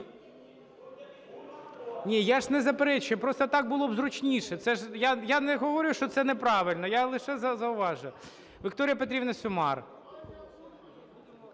Ні, я ж не заперечую. Просто так було б зручніше. Я не говорив, що це неправильно, я лише зауважив. Вікторія Петрівна Сюмар.